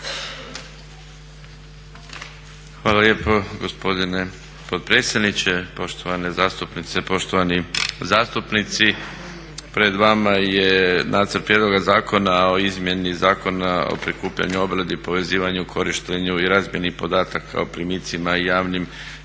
Hvala lijepo gospodine potpredsjedniče, poštovane zastupnice, poštovani zastupnici. Pred vama je Nacrt prijedloga zakona o izmjeni Zakona o prikupljanju, obradi, povezivanju, korištenju i razmjeni podataka o primitcima i javnim davanjima